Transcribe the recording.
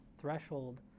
threshold